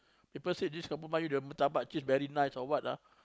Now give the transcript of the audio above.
people say this kampung melayu the murtabak cheese very nice or what ah